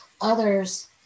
others